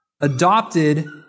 adopted